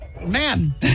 man